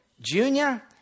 Junior